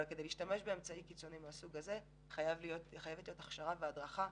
כדי להשתמש באמצעי קיצוני מהסוג הזה חייבת להיות הכשרה והדרכה,